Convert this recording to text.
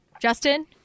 Justin